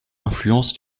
influence